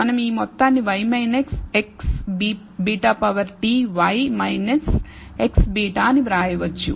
మనం ఈ మొత్తాన్ని y x βTy x βఅని వ్రాయవచ్చు